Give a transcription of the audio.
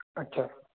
अछा